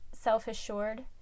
self-assured